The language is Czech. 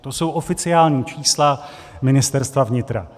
To jsou oficiální čísla Ministerstva vnitra.